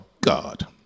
God